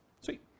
Sweet